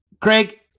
Craig